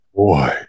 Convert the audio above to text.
boy